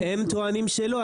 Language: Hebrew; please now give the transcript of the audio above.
הם טוענים שלא,